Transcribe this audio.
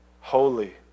holy